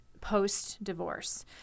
post-divorce